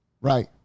right